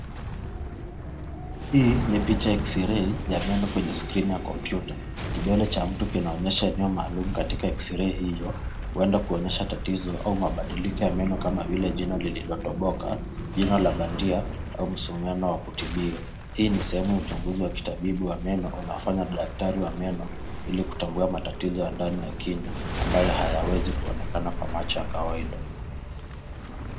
Hii ni picha ya x-ray ya meno kwenye skrini ya kompyuta. Kidole cha mtu kinaonyesha eneo maalum katika x-ray hio, huenda kuonyesha tatizo au mabadiliko ya meno kama vile jino lililotoboka, jino la bandia au msumeno wa kutibiwa. Hii ni sehemu ya uchunguzi wa kitabibu wa meno, unafanya daktari wa meno ilikutambua matatizo ya ndani ya kinywa ambayo hayawezi kuonekana kwa macho ya kawaida.